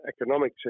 economic